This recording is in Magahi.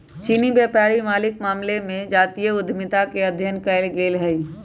चीनी व्यापारी मालिके मामले में जातीय उद्यमिता के अध्ययन कएल गेल हइ